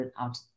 out